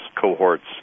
cohorts